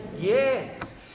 yes